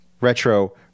retro